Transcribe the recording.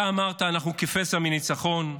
אתה אמרת: אנחנו כפסע מניצחון.